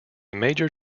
major